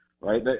right